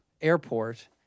airport